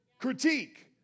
critique